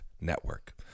Network